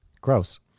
Gross